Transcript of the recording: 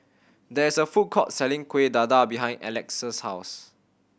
there is a food court selling Kuih Dadar behind Alex's house